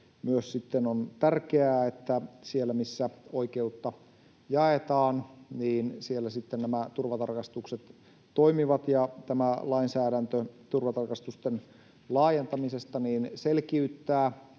juuri on tärkeää, että siellä, missä oikeutta jaetaan, nämä turvatarkastukset toimivat. Tämä lainsäädäntö turvatarkastusten laajentamisesta selkiyttää